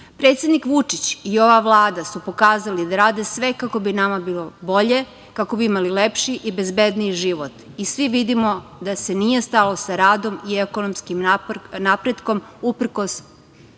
Vučić i ova Vlada su pokazali da rade sve kako bi nama bilo bolje, kako bi imali lepši i bezbedniji život i svi vidimo da se nije stalo sa radom i ekonomskim napretkom, uprkos